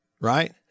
right